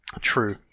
True